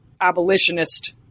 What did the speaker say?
abolitionist